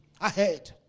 ahead